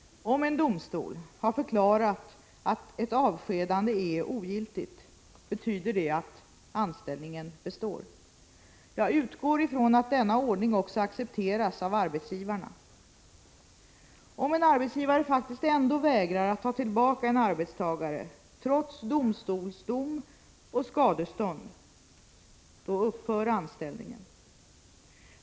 Om en domstol har förklarat att ett avskedande är ogiltigt betyder det att anställningen består. Jag utgår från att denna ordning också accepteras av arbetsgivarna. Om en arbetsgivare faktiskt ändå vägrar att ta tillbaka en arbetstagare — trots domstolsdom och skadestånd — då upphör anställningen.